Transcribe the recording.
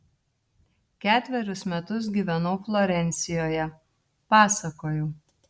ketverius metus gyvenau florencijoje pasakojau